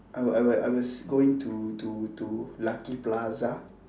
I wa~ I wa~ I was going to to to lucky plaza